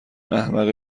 احمق